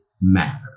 matter